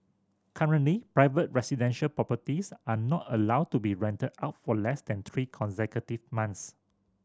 currently private residential properties are not allowed to be rented out for less than three consecutive months